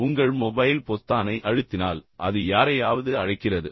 ஏனென்றால் உங்கள் மொபைல் பொத்தானை நீங்கள் அழுத்தலாம் பின்னர் உடனடியாக அது யாரையாவது அழைக்கிறது